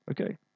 Okay